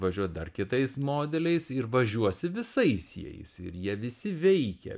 važiuot dar kitais modeliais ir važiuosi visais jais ir jie visi veikia